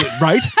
right